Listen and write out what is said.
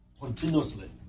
continuously